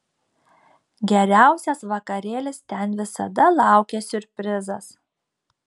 geriausias vakarėlis ten visada laukia siurprizas